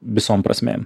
visom prasmėm